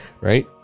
right